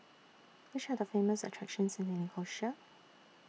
Which Are The Famous attractions in Nicosia